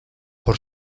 por